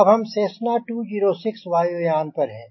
अब हम सेस्ना 206 वायुयान पर हैं